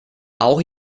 auch